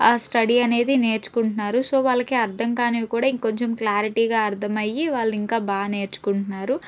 study అనేది నేర్చుకుంటున్నారు so వాళ్ళకి అర్ధం కానివి కూడా ఇంకొంచెం క్లారిటీగా అర్ధమయ్యి వాళ్ళు ఇంకా బా నేర్చుకుంటున్నారు